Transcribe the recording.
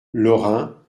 lorin